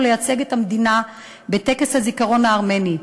לייצג את המדינה בטקס הזיכרון הארמני.